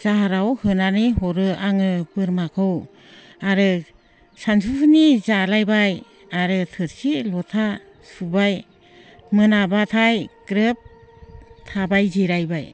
जाहाराव होनानै हरो आङो बोरमाखौ आरो सानजौफुनि जालायबाय आरो थोरसि लथा सुबाय मोनाब्लाथाय ग्रोब थाबाय जिरायबाय